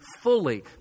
fully